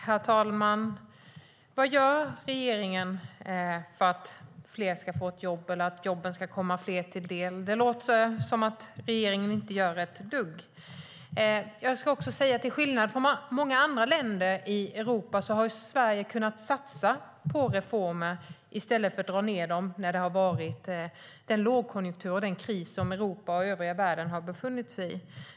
Herr talman! Vad gör regeringen för att fler ska få ett jobb och för att jobben ska komma fler till del? Det låter som att regeringen inte gör ett dugg. Till skillnad från många andra länder i Europa har Sverige kunnat satsa på reformer i stället för att dra ned under den lågkonjunktur och den kris som Europa och övriga världen har befunnit sig i.